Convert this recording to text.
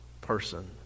person